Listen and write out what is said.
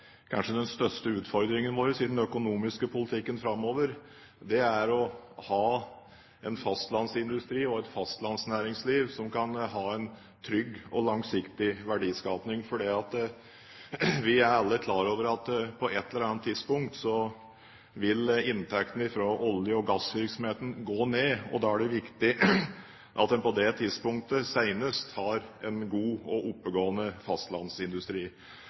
største utfordring i den økonomiske politikken framover: å ha en fastlandsindustri og et fastlandsnæringsliv med en trygg og langsiktig verdiskaping. Vi er alle klar over at på et eller annet tidspunkt vil inntektene fra olje- og gassvirksomheten gå ned. Da er det viktig at en på det tidspunktet – senest – har en god og oppegående fastlandsindustri.